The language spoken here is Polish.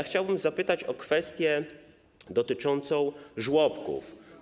Chciałbym zapytać o kwestie dotyczące żłobków.